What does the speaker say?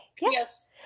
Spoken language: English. Yes